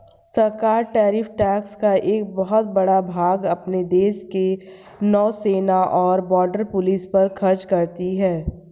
सरकार tariff tax का एक बहुत बड़ा भाग अपने देश के नौसेना और बॉर्डर पुलिस पर खर्च करती हैं